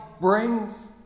brings